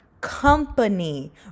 company